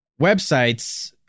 websites